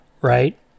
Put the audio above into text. right